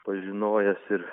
pažinojęs ir